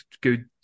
good